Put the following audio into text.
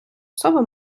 особи